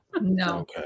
No